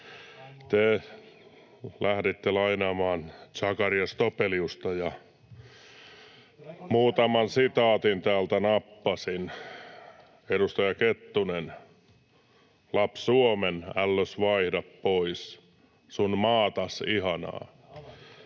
Tuleeko lisää joululauluja?] ja muutaman sitaatin täältä nappasin. Edustaja Kettunen: ”Laps’ Suomen, ällös vaihda pois sun maatas ihanaa!”